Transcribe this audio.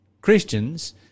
Christians